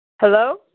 Hello